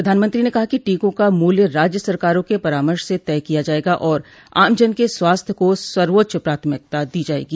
प्रधानमंत्री ने कहा कि टीकों का मूल्य राज्य सरकारों के परामर्श से तय किया जायेगा और आमजन के स्वास्थ्य का सर्वोच्च प्राथमिकता दी जायेगी